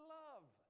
love